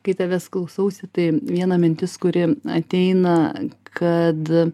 kai tavęs klausausi tai viena mintis kuri ateina kad